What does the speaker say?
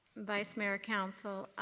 vice mayor, council,